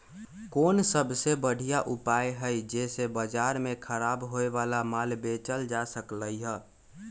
कोन सबसे बढ़िया उपाय हई जे से बाजार में खराब होये वाला माल बेचल जा सकली ह?